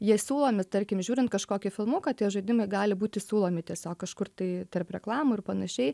jie siūlomi tarkim žiūrint kažkokį filmuką tie žaidimai gali būti siūlomi tiesiog kažkur tai tarp reklamų ir panašiai